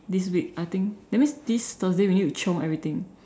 this week I think that means this Thursday we need to chiong everything